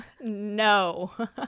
No